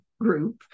group